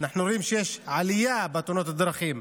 אנחנו רואים שיש עלייה בתאונות הדרכים,